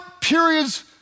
periods